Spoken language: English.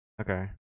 Okay